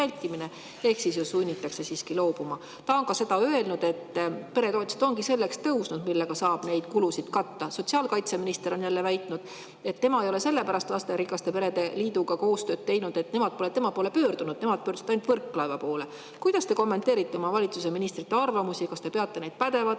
ehk ju sunnitakse siiski [autost] loobuma. Ta on öelnud ka seda, et peretoetused ongi tõusnud selleks, et neid kulusid katta. Sotsiaalkaitseminister on jälle väitnud, et tema ei ole sellepärast lasterikaste perede liiduga koostööd teinud, et nemad pole tema poole pöördunud, nemad pöördusid ainult Võrklaeva poole. Kuidas te kommenteerite oma valitsuse ministrite arvamusi? Kas te peate neid pädevateks?